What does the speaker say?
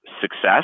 Success